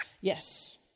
Yes